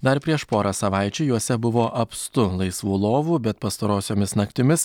dar prieš porą savaičių juose buvo apstu laisvų lovų bet pastarosiomis naktimis